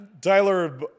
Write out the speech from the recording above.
Tyler